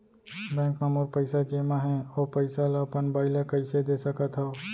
Bank म मोर पइसा जेमा हे, ओ पइसा ला अपन बाई ला कइसे दे सकत हव?